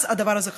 אז הדבר הזה חשוב.